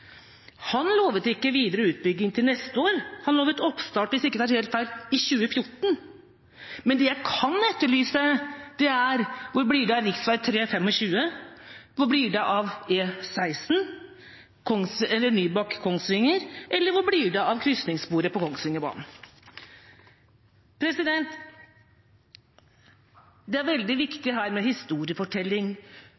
Han lovet ikke videre utbygging til neste år, han lovet oppstart i 2014, hvis jeg ikke tar helt feil. Men det jeg kan etterlyse, er hvor det blir av rv. 3/25, hvor det blir av E16, Nybakk–Kongsvinger, eller hvor det blir av krysningssporet på Kongsvingerbanen. Det er veldig